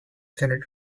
connected